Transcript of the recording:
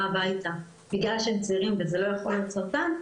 הביתה בגלל שהם צעירים וזה לא יכול להיות סרטן,